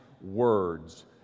words